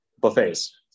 buffets